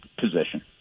position